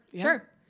Sure